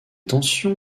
tensions